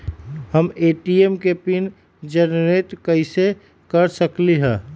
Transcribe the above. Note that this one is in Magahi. हम ए.टी.एम के पिन जेनेरेट कईसे कर सकली ह?